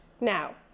now